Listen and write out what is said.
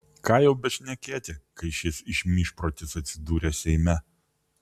ką jau bešnekėti kai šis išmyžprotis atsidūrė seime